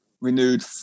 renewed